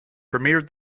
premiered